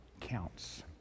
counts